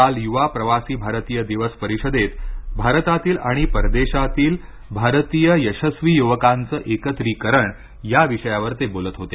काल युवा प्रवासी भारतीय दिवस परिषदेत भारतातील आणि परदेशातील भारतीय यशस्वी युवकांचं एकत्रिकरण या विषयावर ते बोलत होते